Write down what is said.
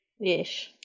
Yes